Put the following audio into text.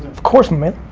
of course, man.